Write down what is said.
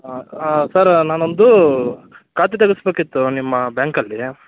sir ನಾನು ಒಂದು ಖಾತೆ ತೆಗಸಬೇಕಿತ್ತು ನಿಮ್ಮ ಬ್ಯಾಂಕಲ್ಲಿ